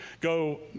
go